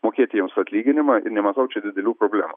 mokėti jiems atlyginimą ir nematau čia didelių problemų